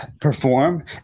perform